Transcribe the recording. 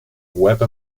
web